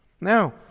Now